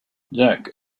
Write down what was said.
jack